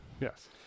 Yes